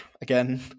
again